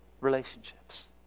Relationships